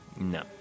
No